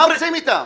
-- מה עושים איתם?